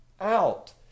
out